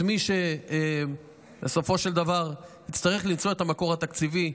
מי שבסופו של דבר יצטרך למצוא את המקור התקציבי,